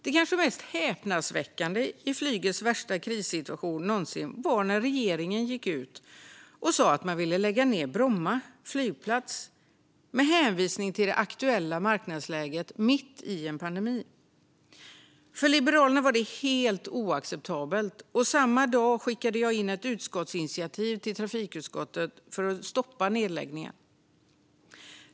Det kanske mest häpnadsväckande i flygets värsta krissituation någonsin var när regeringen gick ut och sa att man ville lägga ned Bromma flygplats med hänvisning till det aktuella marknadsläget mitt i en pandemi. För Liberalerna var det helt oacceptabelt. Samma dag skickade jag in ett förslag till trafikutskottet om ett utskottsinitiativ för att stoppa nedläggningen.